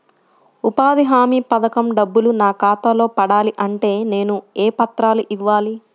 ఉపాధి హామీ పథకం డబ్బులు నా ఖాతాలో పడాలి అంటే నేను ఏ పత్రాలు ఇవ్వాలి?